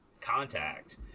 contact